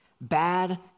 Bad